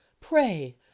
pray